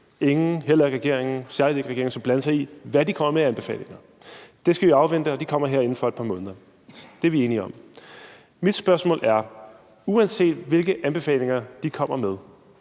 Ingen, heller ikke regeringen, særlig ikke regeringen, skal blande sig i, hvad de kommer med af anbefalinger. Det skal vi afvente, og det kommer her inden for et par måneder. Det er vi enige om. Mit spørgsmål er: Uanset hvilke anbefalinger de kommer med,